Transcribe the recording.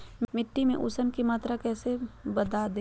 मिट्टी में ऊमस की मात्रा कैसे बदाबे?